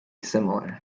similar